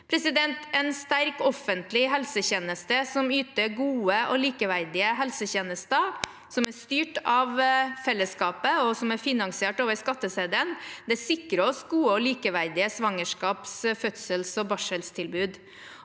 barselomsorgen. En sterk offentlig helsetjeneste som yter gode og likeverdige helsetjenester, som er styrt av fellesskapet og finansiert over skatteseddelen, sikrer oss gode og likeverdige svangerskaps-, fødsels- og barseltilbud.